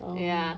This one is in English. oh